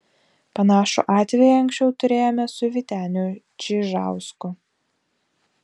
panašų atvejį anksčiau turėjome su vyteniu čižausku